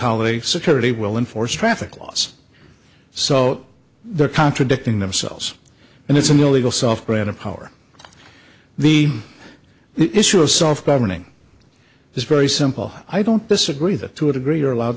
ali security will enforce traffic laws so they're contradicting themselves and it's an illegal software in a power the issue of self governing is very simple i don't disagree that to a degree you're allowed